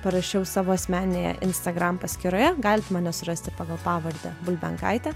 parašiau savo asmeninėje instagram paskyroje galit mane surasti pagal pavardę bulbenkaitė